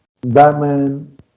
batman